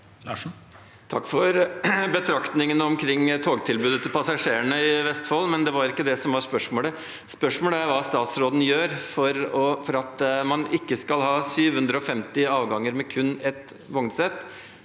Takk for betraktning- ene omkring togtilbudet til passasjerene i Vestfold, men det var ikke det som var spørsmålet. Spørsmålet er hva statsråden gjør for at man ikke skal ha 750 avganger med kun ett vognsett.